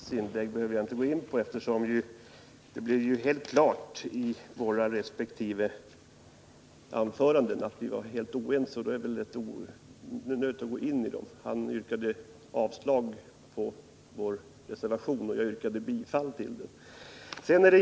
Fru talman! Vad Pär Granstedt yttrade i slutet av sin replik behöver jag inte gå in på, eftersom våra resp. anföranden klart har markerat att vi är helt och hållet oense — Pär Granstedt yrkade avslag på vår reservation och jag yrkade bifall till den.